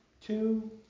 two